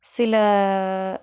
சில